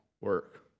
work